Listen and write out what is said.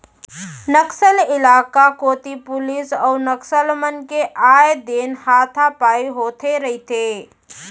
नक्सल इलाका कोती पुलिस अउ नक्सल मन के आए दिन हाथापाई होथे रहिथे